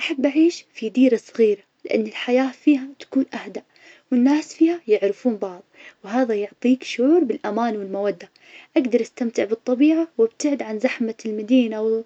أحب اعيش في ديرة صغيرة, لأن الحياة فيها تكون أهدأ, والناس فيها يعرفون بعض, ويعطيك شعور بالأمان والمودة, أقدر استمتع بالطبيعة, وابتعد عن زحمة المدينة,